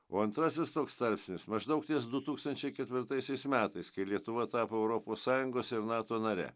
o antrasis toks tarpsnis maždaug ties du tūkstančiai ketvirtaisiais metais kai lietuva tapo europos sąjungos ir nato nare